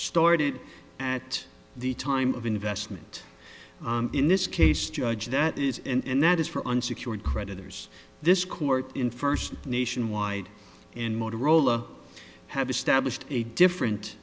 started at the time of investment in this case judge that is and that is for unsecured creditors this court in first nationwide and motorola have established a different